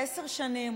עשר שנים,